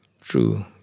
True